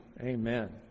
Amen